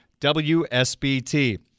WSBT